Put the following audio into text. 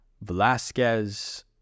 Velasquez